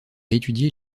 étudié